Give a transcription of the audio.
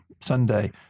Sunday